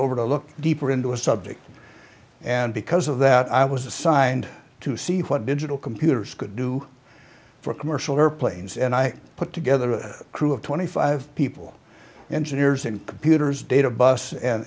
to look deeper into a subject and because of that i was assigned to see what digital computers could do for commercial airplanes and i put together a crew of twenty five people engineers and computers data bus and